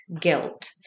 guilt